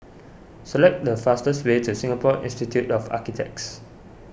select the fastest way to Singapore Institute of Architects